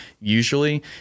usually